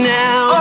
now